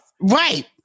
right